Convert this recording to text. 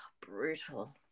brutal